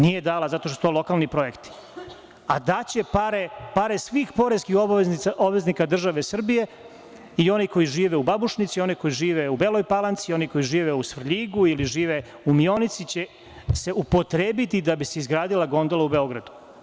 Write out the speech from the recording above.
Nije dala zato što su to lokalni projekti, a daće pare svih poreskih obveznika države Srbije i onih koji žive u Babušnici, i onih koji žive u Beloj Palanci, i oni koji žive u Svrljigu, i oni koji živi u Mionici će se upotrebiti da bi se izgradila gondola u Beogradu.